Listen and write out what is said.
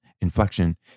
inflection